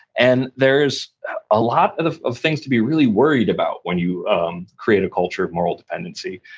and there's a lot of of things to be really worried about when you um create a culture of moral dependency,